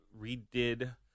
redid